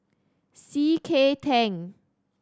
C K Tang